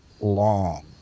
long